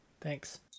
Thanks